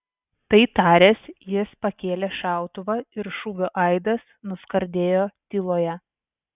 tai taręs jis pakėlė šautuvą ir šūvio aidas nuskardėjo tyloje